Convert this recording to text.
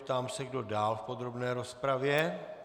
Ptám se, kdo dál v podrobné rozpravě.